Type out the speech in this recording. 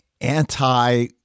anti